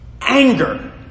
anger